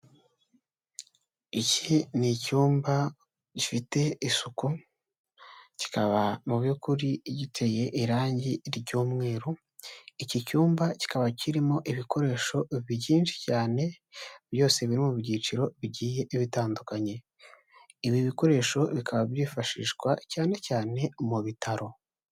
Iki ni icyumba gifite isuku, kikaba mu by'ukuri giteye irangi ry'umweru, iki cyumba kikaba kirimo ibikoresho byinshi cyane, byose biri mu byiciro bigiye bitandukanye, ibi bikoresho bikaba byifashishwa cyane cyane mu bitaro.